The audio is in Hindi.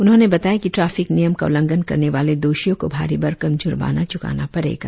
उन्होंने बताया कि ट्राफिक नियम का उल्लंघन करने वाले दोषिओं को भारी भारकम जूर्माना चूकाना पड़ेगा